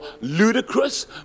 ludicrous